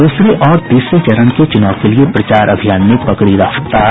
द्रसरे और तीसरे चरण के चुनाव के लिए प्रचार अभियान ने पकड़ी रफ्तार